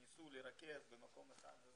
שניסו לרכז במקום אחד.